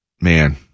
man